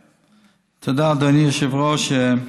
תודה, אדוני היושב-ראש.